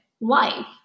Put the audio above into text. life